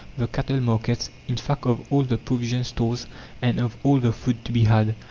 the cattle markets in fact of all the provision stores and of all the food to be had.